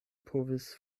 povis